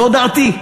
זו דעתי,